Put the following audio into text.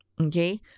okay